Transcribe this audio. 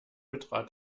betrat